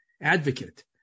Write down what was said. advocate